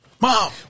mom